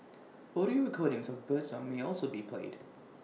audio recordings of birdsong may also be played